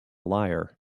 liar